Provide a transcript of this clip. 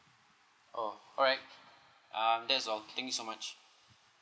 oh alright um that's all thank you so much